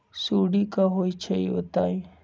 सुडी क होई छई बताई?